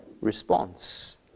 response